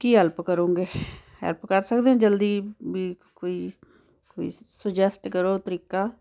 ਕੀ help ਕਰੋਗੇ help ਕਰ ਸਕਦੇ ਹੋ ਜਲਦੀ ਵੀ ਕੋਈ ਕੋਈ ਸਜੈਸਟ ਕਰੋ ਤਰੀਕਾ